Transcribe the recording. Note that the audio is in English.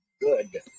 good